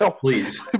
Please